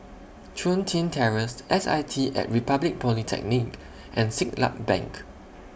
Chun Tin Terrace S I T At Republic Polytechnic and Siglap Bank